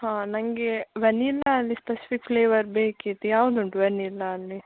ಹಾಂ ನನಗೆ ವೆನಿಲಲ್ಲಿ ಸ್ಪೆಸಿಫಿಕ್ ಫ್ಲೇವರ್ ಬೇಕಿತ್ತು ಯಾವ್ದು ಉಂಟು ವೆನಿಲಲ್ಲಿ